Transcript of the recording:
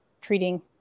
treating